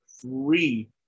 three